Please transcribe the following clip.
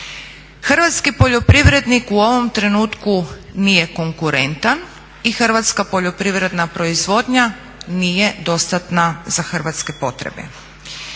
Hrvatski poljoprivrednik u ovom trenutku nije konkurentan i hrvatska poljoprivredna proizvodnja nije dostatna za hrvatske potrebe.